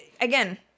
again